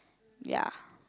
ya